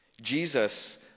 Jesus